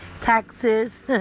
taxes